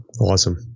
Awesome